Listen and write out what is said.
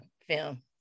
film